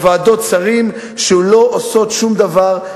שלא עושות שום דבר,